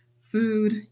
food